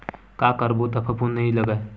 का करबो त फफूंद नहीं लगय?